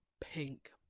pink